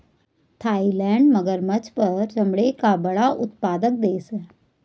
Thailand मगरमच्छ पर चमड़े का बड़ा उत्पादक देश है